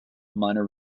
minor